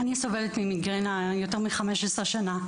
אני סובלת ממיגרנה יותר מ-15 שנה,